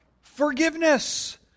Forgiveness